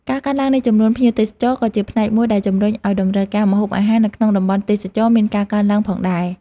ការកើនឡើងនៃចំនួនភ្ញៀវទេសចរក៏ជាផ្នែកមួយដែលជម្រុញឱ្យតម្រូវការម្ហូបអាហារនៅក្នុងតំបន់ទេសចរណ៍មានការកើនឡើងផងដែរ។